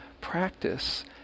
practice